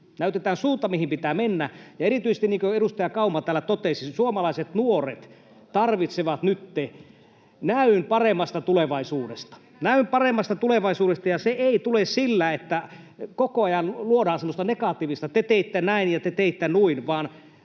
näytetään suunta, mihin pitää mennä. Erityisesti, niin kuin edustaja Kauma täällä totesi, suomalaiset nuoret tarvitsevat nytten näyn paremmasta tulevaisuudesta — näyn paremmasta tulevaisuudesta — ja se ei tule sillä, että koko ajan luodaan semmoista negatiivista, että ”te teitte näin ja te teitte noin”.